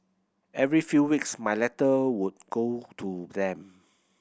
every few weeks my letter would go to them